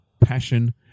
passion